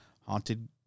haunted